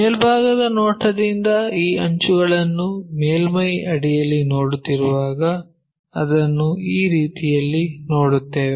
ಮೇಲ್ಭಾಗದ ನೋಟದಿಂದ ಈ ಅಂಚುಗಳನ್ನು ಮೇಲ್ಮೈ ಅಡಿಯಲ್ಲಿ ನೋಡುತ್ತಿರುವಾಗ ಅದನ್ನು ಆ ರೀತಿಯಲ್ಲಿ ನೋಡುತ್ತೇವೆ